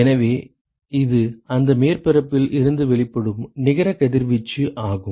எனவே அது அந்த மேற்பரப்பில் இருந்து வெளிப்படும் நிகர கதிர்வீச்சு ஆகும்